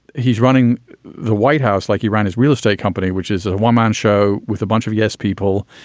he's running the white house like he ran his real estate company, which is a one man show with a bunch of yes people.